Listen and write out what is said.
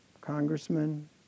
congressman